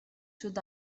should